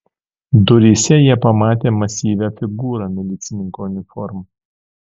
duryse jie pamatė masyvią figūrą milicininko uniforma